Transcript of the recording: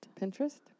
Pinterest